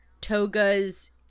toga's